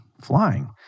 flying